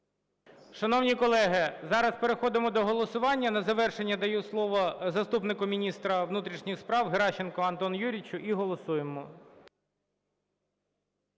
Шановні колеги, зараз переходимо до голосування. На завершення я даю слово заступнику міністра внутрішніх справ Геращенку Антону Юрійовичу. І голосуємо.